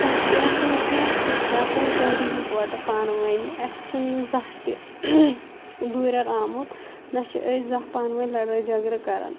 زانٛہہ تہِ ٲسِنۍ کیٚنٛہہ أسۍ چھِ آسان سٲری یِکوٹہٕ پانٕوٲنی اَسہِ چھِنہٕ زانٛہہ تہِ دوٗرٮ۪ر آمُت نَہ چھِ أسۍ زانٛہہ پانٕوٲنۍ لَڑٲے جگرٕ کَران